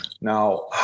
now